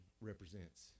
represents